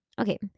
Okay